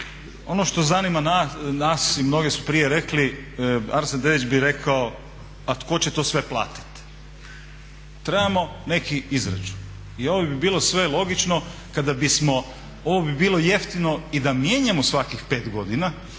Ono što zanima nas i mnogi su prije rekli Arsen Dedić bi rekao: A tko će to sve platiti? Trebamo neki izračun. I ovo bi bilo sve logično, ovo bi bilo jeftino i da mijenjamo svakih 5 godina